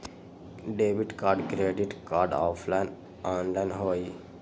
Debit card credit card offline online होई?